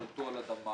השתלטו על אדמה.